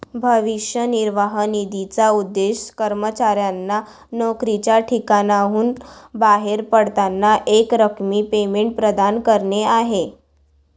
भविष्य निर्वाह निधीचा उद्देश कर्मचाऱ्यांना नोकरीच्या ठिकाणाहून बाहेर पडताना एकरकमी पेमेंट प्रदान करणे आहे